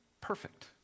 perfect